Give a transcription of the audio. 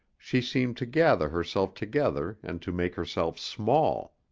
she seemed to gather herself together and to make herself small.